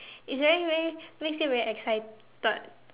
it's very very makes you very excited